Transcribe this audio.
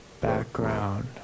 Background